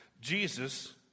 Jesus